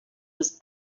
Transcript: was